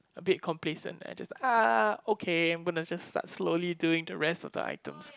a bit complacent and I just ah okay I'll just start slowly doing the rest of the items